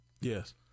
yes